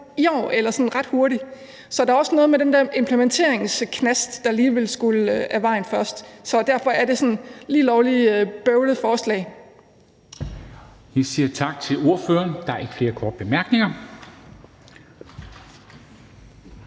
i år eller sådan ret hurtigt. Så der er også noget med den der implementeringsknast, der lige vil skulle af vejen først. Derfor er det et sådan lige lovlig bøvlet forslag.